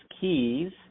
keys